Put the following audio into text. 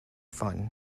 fun